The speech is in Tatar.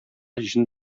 җен